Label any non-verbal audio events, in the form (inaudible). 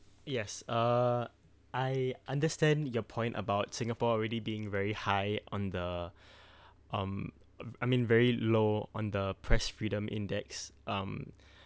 yes uh I understand your point about singapore already being very high on the (breath) um uh I mean very low on the press freedom index um (breath)